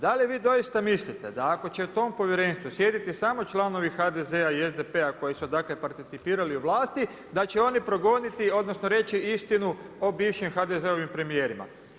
Da li vi doista mislite da ako će u tom povjerenstvu sjediti samo članovi HDZ-a i SDP-a koji su dakle participirali u vlasti da će oni progoniti odnosno reći istinu o bivšim HDZ-ovim premijerima?